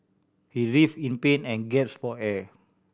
he writhed in pain and gasped for air